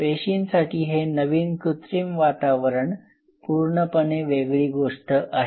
पेशींसाठी हे नवीन कृत्रिम वातावरण पूर्णपणे वेगळी गोष्ट आहे